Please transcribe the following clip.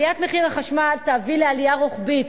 עליית מחיר החשמל תביא לעלייה רוחבית,